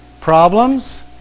problems